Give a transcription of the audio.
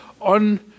on